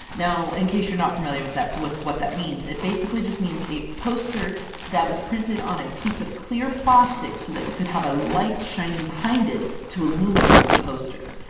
now in case you're not familiar with that with what that means, it basically just means a poster that was printed on a piece of clear plastic, so that you could have a light shining behind it to illuminate the poster.